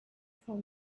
from